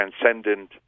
transcendent